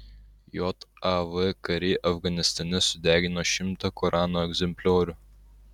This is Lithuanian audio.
jav kariai afganistane sudegino šimtą korano egzempliorių